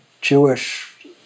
Jewish